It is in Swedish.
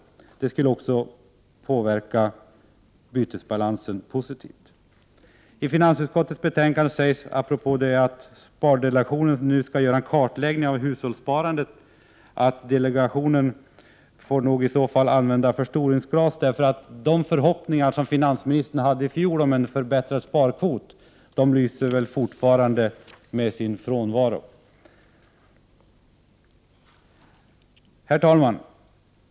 Detta skulle också inverka positivt på bytesbalansen. I finansutskottets betänkande sägs, apropå detta att spardelegationen nu skall göra en kartläggning av hushållssparandet, att delegationen nog får använda förstoringsglas, då de förhoppningar som finansministern i fjol hade om en förbättrad sparkvot ännu inte har infriats. Herr talman!